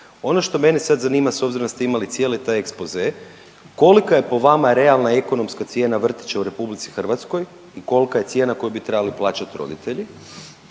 Ono što mene sad zanima s obzirom da ste imali cijeli taj ekspoze kolika je po vama realna ekonomska cijena vrtića u RH i kolka je cijena koju bi trebali plaćat roditelji